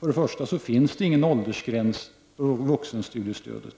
För det första finns det inga åldersgränser för vuxenstudiestödet.